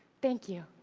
thank you.